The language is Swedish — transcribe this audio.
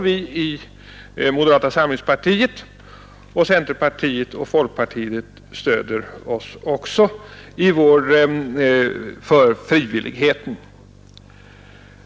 Vi i moderata samlingspartiet och centerpartiet går emot denna ordning, och även folkpartiet stöder vår frivilliglinje.